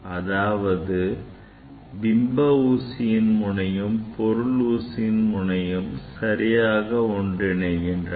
அதாவது பிம்ப ஊசியின் முனையும் பொருள் ஊசியின் முனையும் சரியாக ஒன்றிணைகின்றன